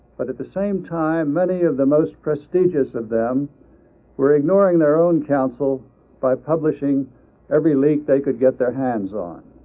but at the same time many of the most prestigious of them were ignoring their own counsel by publishing every leak they could get their hands on